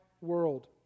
world